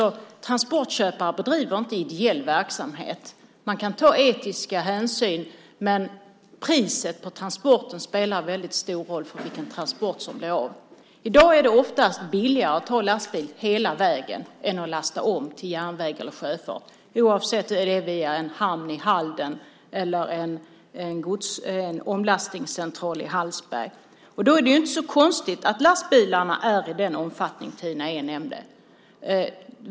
Transportköpare bedriver inte ideell verksamhet. Man kan ta etiska hänsyn, men priset på transporten spelar en stor roll för vilken transport som blir av. I dag är det oftast billigare att använda lastbil hela vägen än att lasta om till järnväg eller sjöfart, oavsett om det är via en hamn i Halden eller via en omlastningscentral i Hallsberg. Då är det inte så konstigt att lastbilarna finns i den omfattning Tina Ehn nämnde.